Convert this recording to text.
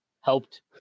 helped